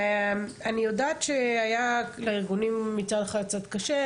אני יודעת שהיה לארגונים מצד אחד קצת קשה,